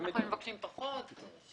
מבקשים פחות.